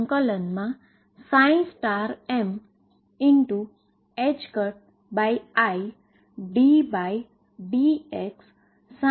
pmn∫middx ndx wave function તરીકે લખીશ